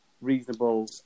reasonable